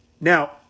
Now